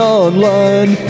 online